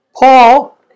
Paul